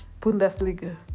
Bundesliga